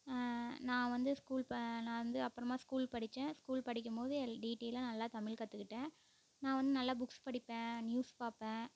நான் வந்து ஸ்கூல் ப நான் வந்து அப்புறமா ஸ்கூல் படிச்சேன் ஸ்கூல் படிக்கும் போது எல் டீட்டய்லாக நல்லா தமிழ் கற்றுக்கிட்டேன் நான் வந்து நல்லா புக்ஸ் படிப்பேன் நியூஸ் பார்ப்பேன்